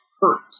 hurt